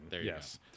yes